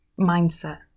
mindset